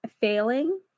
failing